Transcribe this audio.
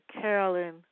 Carolyn